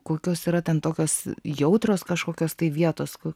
kokios yra ten tokios jautrios kažkokios tai vietos kur